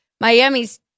Miami's